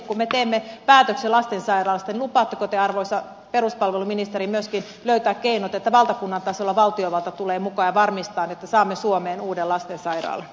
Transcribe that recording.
kun me teemme päätöksen lastensairaalasta niin lupaatteko te arvoisa peruspalveluministeri myöskin löytää keinot että valtakunnan tasolla valtiovalta tulee mukaan ja varmistaa että saamme suomeen uuden lastensairaalan